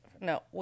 No